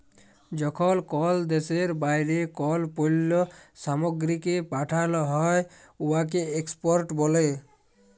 যখল কল দ্যাশের বাইরে কল পল্ল্য সামগ্রীকে পাঠাল হ্যয় উয়াকে এক্সপর্ট ব্যলে